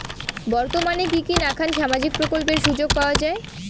বর্তমানে কি কি নাখান সামাজিক প্রকল্পের সুযোগ পাওয়া যায়?